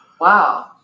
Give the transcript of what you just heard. Wow